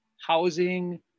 housing